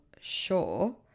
sure